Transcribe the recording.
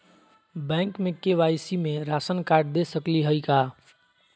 Bank में KYC में ration card दे सकली हई का?